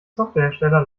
softwarehersteller